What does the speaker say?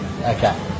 Okay